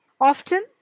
Often